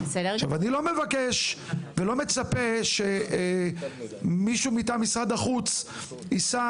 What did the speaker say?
אני לא מבקש ולא מצפה שמישהו מטעם משרד החוץ ייסע